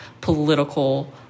political